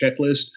checklist